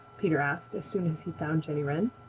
peter asked as soon as he found jenny wren.